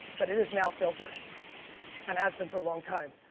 but it is now filtered and has been for a long time.